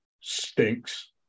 stinks